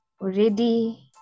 already